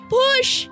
push